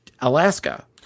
Alaska